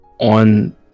on